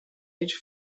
each